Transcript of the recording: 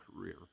career